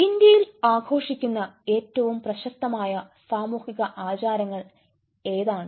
ഇന്ത്യയിൽ ആഘോഷിക്കുന്ന ഏറ്റവും പ്രശസ്തമായ സാമൂഹിക ആചാരങ്ങൾ ഏതാണ്